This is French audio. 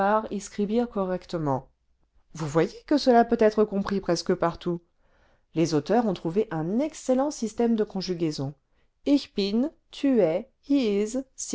scribir correctement vous voyez que cela peut être compris presque partout les auteurs ont trouvé un excellent système de conjugaisons ich bin tu es he